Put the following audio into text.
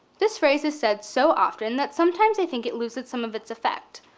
this phrase is said so often that sometimes i think it loses some of its effect.